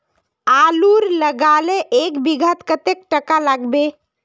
आलूर लगाले एक बिघात कतेक टका लागबे?